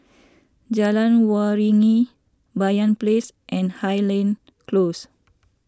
Jalan Waringin Banyan Place and Highland Close